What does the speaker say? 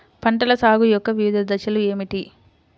పంటల సాగు యొక్క వివిధ దశలు ఏమిటి?